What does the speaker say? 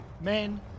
Men